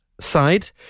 Side